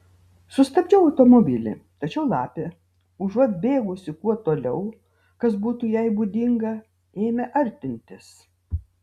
sustabdžiau automobilį tačiau lapė užuot bėgusi kuo toliau kas būtų jai būdinga ėmė artintis